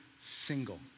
single